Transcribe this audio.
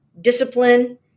discipline